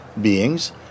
beings